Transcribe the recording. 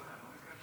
אבפאטור.